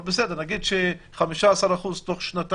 אבל, בסדר, נניח שזה 15% תוך שנתיים-שלוש.